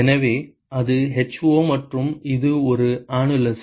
எனவே அது ho மற்றும் இது ஒரு அனுலஸ்